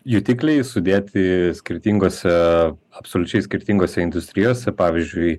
jutikliai sudėti skirtingose absoliučiai skirtingose industrijose pavyzdžiui